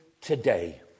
today